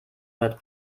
mit